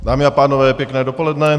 Dámy a pánové, pěkné dopoledne.